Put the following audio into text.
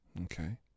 Okay